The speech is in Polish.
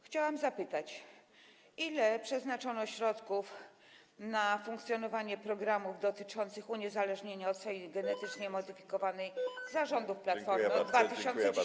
Chciałam zapytać, ile przeznaczono środków na funkcjonowanie programów dotyczących uniezależnienia od soi genetycznie modyfikowanej za rządów Platformy od 2010 r.